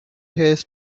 hate